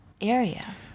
area